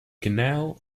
canal